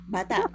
Bata